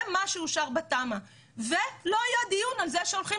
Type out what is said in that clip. זה מה שאושר בתמ"א ולא היה דיון על זה שהולכים